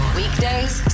weekdays